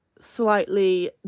Slightly